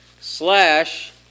slash